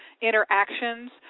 interactions